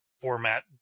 format